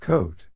Coat